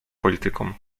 politykom